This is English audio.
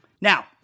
Now